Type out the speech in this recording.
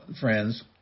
friends